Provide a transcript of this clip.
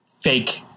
fake